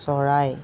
চৰাই